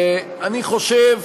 ואני חושב